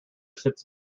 sits